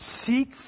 Seek